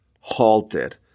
halted